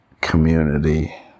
community